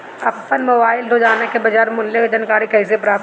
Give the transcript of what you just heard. आपन मोबाइल रोजना के बाजार मुल्य के जानकारी कइसे प्राप्त करी?